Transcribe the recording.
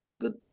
good